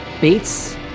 Bates